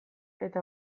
eta